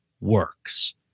works